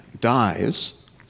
dies